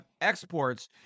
exports